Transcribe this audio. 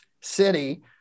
city